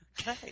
Okay